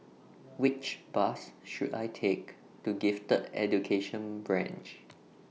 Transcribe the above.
Which Bus should I Take to Gifted Education Branch